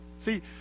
See